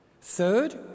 Third